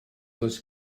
does